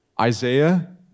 Isaiah